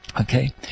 Okay